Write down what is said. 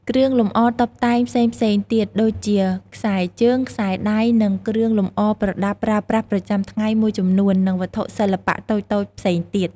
គ្រឿងលម្អតុបតែងផ្សេងៗទៀត ដូចជា ខ្សែជើង, ខ្សែដៃ និងគ្រឿងលម្អប្រដាប់ប្រើប្រាស់ប្រចាំថ្ងៃមួយចំនួន និងវត្ថុសិល្បៈតូចៗផ្សេងទៀត។